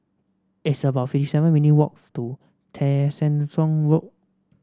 it's about fifty seven minutes' walks to Tessensohn Road